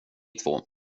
två